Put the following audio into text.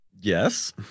Yes